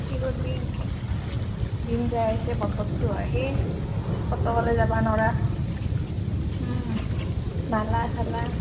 কি কৰ্বি এংকে দিন যায় আছে বতৰটো আহেই ক'তো অ'লে যাবা নৰা মেলা চেলা